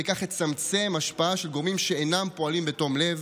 וכך תצומצם השפעה של גורמים שאינם פועלים בתום לב,